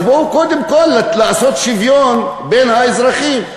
אז בואו קודם כול לעשות שוויון בין האזרחים.